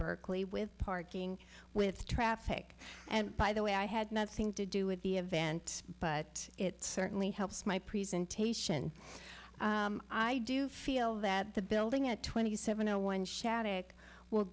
berkeley with parking with traffic and by the way i had nothing to do with the event but it certainly helps my presentation i do feel that the building at twenty seven zero one shadegg will